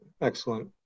excellent